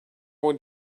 would